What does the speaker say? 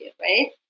right